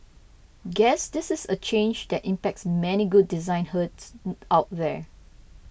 guess this is a change that impacts many good design herds out there